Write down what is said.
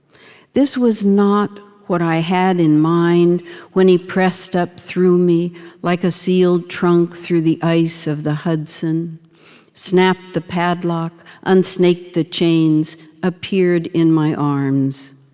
this was not what i had in mind when he pressed up through me like a sealed trunk through the ice of the hudson snapped the padlock, unsnaked the chains appeared in my arms.